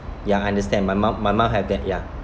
ya I understand my mum my mum have that ya